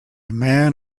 man